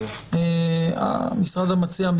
המשרד המציע,